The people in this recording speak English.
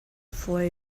for